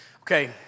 Okay